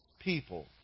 people